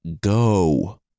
Go